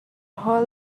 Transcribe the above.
hall